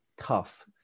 tough